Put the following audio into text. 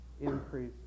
increase